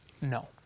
no